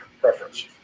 preference